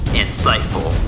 insightful